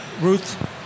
Ruth